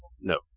No